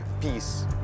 peace